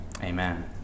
amen